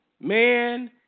Man